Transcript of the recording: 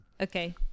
Okay